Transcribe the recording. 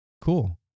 cool